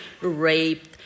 raped